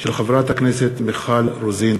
הצעתה של חברת הכנסת מיכל רוזין.